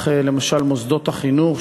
וכך למשל מוסדות החינוך,